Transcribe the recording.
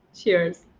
Cheers